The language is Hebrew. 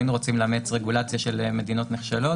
לא היינו רוצים לאמץ רגולציה של מדינות נחשלות.